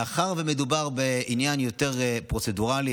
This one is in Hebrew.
מאחר שמדובר בעניין יותר פרוצדורלי,